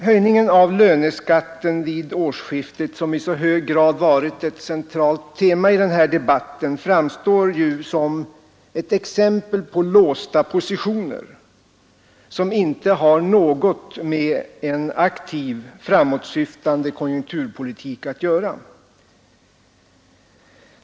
Höjningen av löneskatten vid årsskiftet, vilken i så hög grad varit ett centralt tema i den här debatten, framstår som ett exempel på låsta positioner, som inte har något med en aktiv, framåtsyftande konjunkturpolitik att göra.